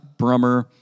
Brummer